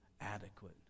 adequate